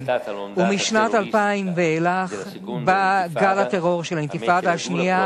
משנת 2000 ואילך בא גל הטרור של האינתיפאדה השנייה